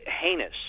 heinous